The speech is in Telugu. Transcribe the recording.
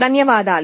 ధన్యవాదాలు